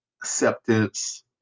acceptance